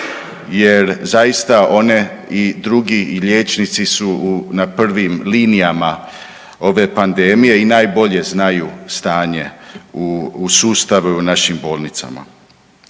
jer zaista one i drugi i liječnici su na prvim linijama ove panedmije i najbolje znaju stanje u sustavu u našim bolnicama.